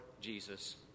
Jesus